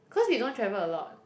cause we don't travel a lot